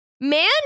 Man